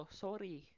sorry